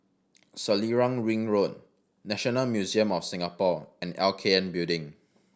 Selarang Ring Road National Museum of Singapore and L K N Building